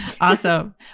Awesome